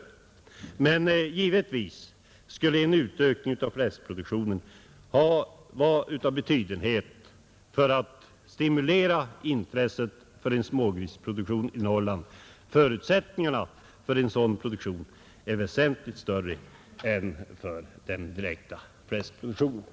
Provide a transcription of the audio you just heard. Givetvis skulle dock en utökning av fläskproduktionen vara av betydelse för att stimulera intresset för en smågrisproduktion i Norrland. Förutsättningarna för en sådan produktion är väsentligt större än för den direkta fläskproduktionen.